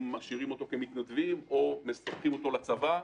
משאירים אותו כמתנדבים או מספחים אותו לצבא.